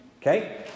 Okay